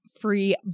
free